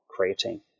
creatine